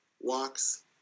walks